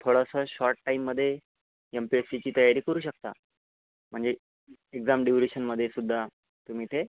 थोडासा शॉर्ट टाईममध्ये M P S सीची तयारी करू शकता म्हणजे एक्झाम ड्युरेशनमध्ये सुध्दा तुम्ही ते